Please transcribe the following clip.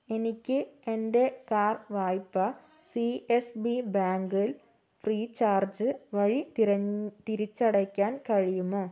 എനിക്ക് എൻ്റെ കാർ വായ്പ സി എസ് ബി ബാങ്കിൽ ഫ്രീചാർജ് വഴി തിരഞ് തിരിച്ചടയ്ക്കാൻ കഴിയുമോ